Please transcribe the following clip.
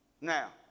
Now